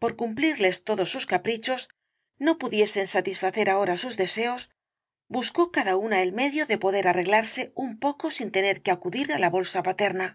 por cumplirles todos sus caprichos no pudiesen satisfacer ahora sus deseos buscó cada el caballero de las botas azules una el medio de poder arreglarse un poco sin tener que acudir á la bolsa paterna